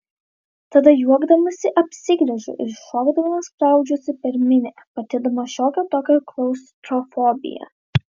tada juokdamasi apsigręžiu ir šokdama spraudžiuosi per minią patirdama šiokią tokią klaustrofobiją